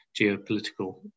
geopolitical